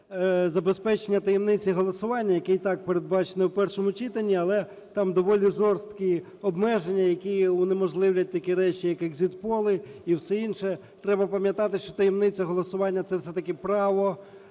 забезпечення таємниці голосування, яке і так передбачено в першому читанні. Але там доволі жорсткі обмеження, які унеможливлять такі речі, як екзит-поли і все інше. треба пам'ятати, що таємниця голосування – це все-таки право,